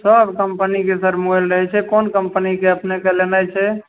सब कम्पनीके sir mobile रहै छै कोन कम्पनीके अपनेँकेँ लेनाइ छै